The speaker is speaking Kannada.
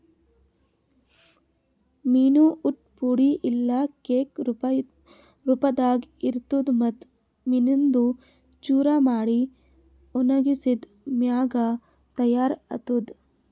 ಮೀನು ಊಟ್ ಪುಡಿ ಇಲ್ಲಾ ಕೇಕ್ ರೂಪದಾಗ್ ಇರ್ತುದ್ ಮತ್ತ್ ಮೀನಿಂದು ಚೂರ ಮಾಡಿ ಒಣಗಿಸಿದ್ ಮ್ಯಾಗ ತೈಯಾರ್ ಆತ್ತುದ್